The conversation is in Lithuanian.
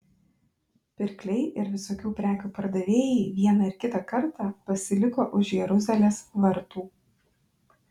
pirkliai ir visokių prekių pardavėjai vieną ir kitą kartą pasiliko už jeruzalės vartų